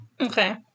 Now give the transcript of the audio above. Okay